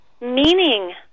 meaning